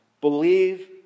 believe